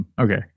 Okay